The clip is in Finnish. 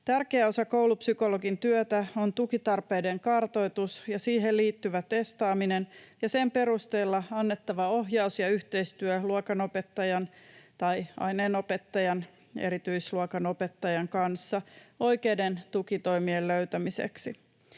Tärkeä osa koulupsykologin työtä on tukitarpeiden kartoitus, siihen liittyvä testaaminen ja sen perusteella annettava ohjaus ja yhteistyö luokanopettajan, aineenopettajan tai erityisluokanopettajan kanssa oikeiden tukitoimien löytämiseksi.